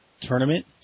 tournament